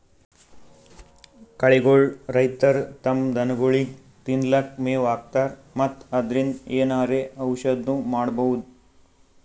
ಕಳಿಗೋಳ್ ರೈತರ್ ತಮ್ಮ್ ದನಗೋಳಿಗ್ ತಿನ್ಲಿಕ್ಕ್ ಮೆವ್ ಹಾಕ್ತರ್ ಮತ್ತ್ ಅದ್ರಿನ್ದ್ ಏನರೆ ಔಷದ್ನು ಮಾಡ್ಬಹುದ್